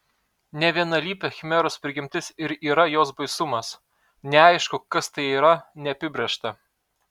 nevienalypė chimeros prigimtis ir yra jos baisumas neaišku kas tai yra neapibrėžta